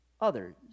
others